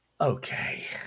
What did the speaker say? okay